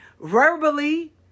verbally